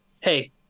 Hey